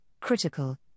critical